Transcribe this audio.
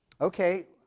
Okay